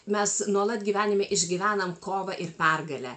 mes nuolat gyvenime išgyvenam kovą ir pergalę